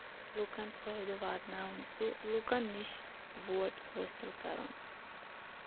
لُکَن فٲیدٕ واتناوُن تہٕ لُکَن نِش ووٹ حٲصِل کَرُن